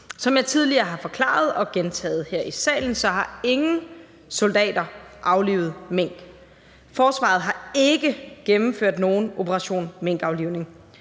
Som jeg tidligere har forklaret og gentaget her i salen, så har ingen soldater aflivet mink; forsvaret har ikke gennemført nogen operation minkaflivning.